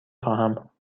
خواهم